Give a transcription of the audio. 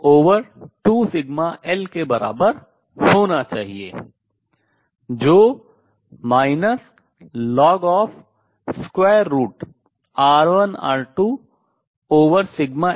तो n2 n1 lnR1R22σl के बराबर होना चाहिए जो ln√ σl के समान है